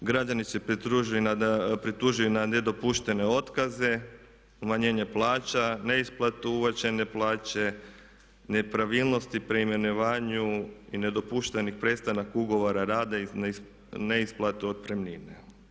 Građani se pritužuju na nedopuštene otkaze, umanjenje plaća, neisplatu uvećane plaće, nepravilnosti pri imenovanju i nedopušteni prestanak ugovora rada i neisplatu otpremnine.